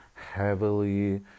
heavily